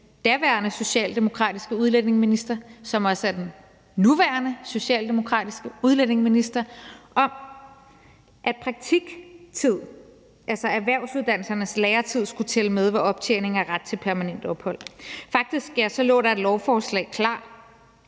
daværende socialdemokratiske udlændingeminister, som også er den nuværende socialdemokratiske udlændingeminister, om, at praktiktid, altså erhvervsuddannelsernes læretid, skulle tælle med ved optjening af ret til permanent ophold. Faktisk lå der et lovforslag klar,